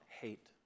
hate